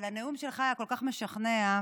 13 שנה,